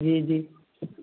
جی جی